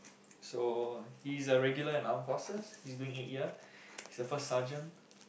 so he's a regular in armed forces he's doing eight year he's a first sergeant